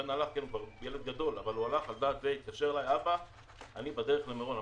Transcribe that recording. הוא ילד גדול אבל הוא הלך והתקשר אליי ואמר שהוא בדרך למירון.